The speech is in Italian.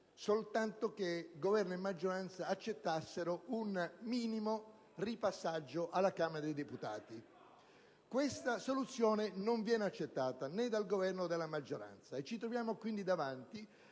soltanto che Governo e maggioranza accettassero un breve ritorno del provvedimento alla Camera dei deputati. Questa soluzione non viene accettata, né dal Governo, né dalla maggioranza, e ci troviamo quindi davanti